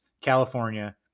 California